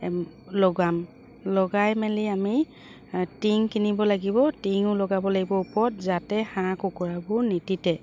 লগাম লগাই মেলি আমি টিং কিনিব লাগিব টিঙো লগাব লাগিব ওপৰত যাতে হাঁহ কুকুৰাবোৰ নিতিতে